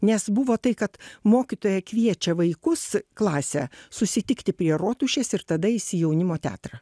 nes buvo tai kad mokytoja kviečia vaikus klasę susitikti prie rotušės ir tada eis į jaunimo teatrą